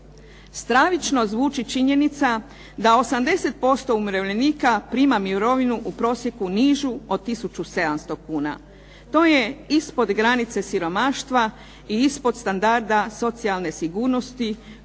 Stravično zvuči činjenica da 80% umirovljenika prima mirovinu u prosjeku nižu od 1700 kuna. To je ispod granice siromaštva i ispod standarda socijalne sigurnosti